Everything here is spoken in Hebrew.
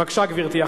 בבקשה, גברתי.